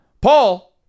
Paul